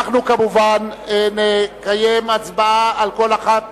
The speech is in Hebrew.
מובן שנקיים הצבעה על כל אחת